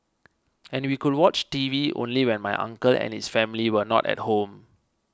and we could watch T V only when my uncle and his family were not at home